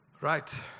Right